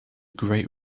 great